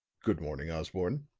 good morning, osborne,